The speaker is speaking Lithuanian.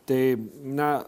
tai na